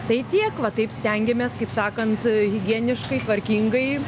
tai tiek va taip stengiamės kaip sakant higieniškai tvarkingai